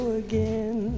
again